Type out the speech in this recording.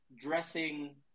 dressing